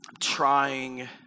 trying